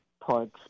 parts